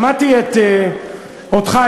שמעתי אותך,